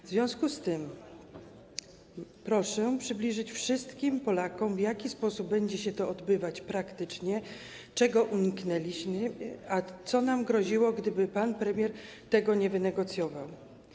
W związku z tym proszę przybliżyć wszystkim Polakom, w jaki sposób będzie się to odbywać praktycznie, czego uniknęliśmy, a co nam groziło, gdyby pan premier tego nie wynegocjował.